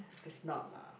is not lah